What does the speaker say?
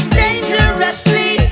dangerously